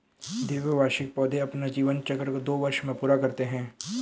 द्विवार्षिक पौधे अपना जीवन चक्र दो वर्ष में पूरा करते है